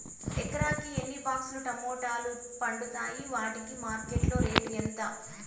ఎకరాకి ఎన్ని బాక్స్ లు టమోటాలు పండుతాయి వాటికి మార్కెట్లో రేటు ఎంత?